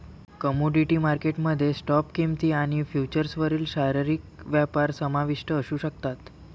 commodity market मध्ये spot किंमती आणि फ्युचर्सवरील शारीरिक व्यापार समाविष्ट असू शकतात